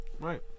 right